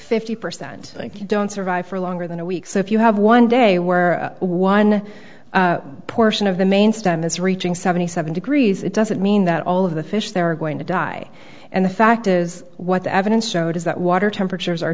fifty percent think you don't survive for longer than a week so if you have one day where one portion of the main stem is reaching seventy seven degrees it doesn't mean that all of the fish there are going to die and the fact is what the evidence showed is that water temperatures are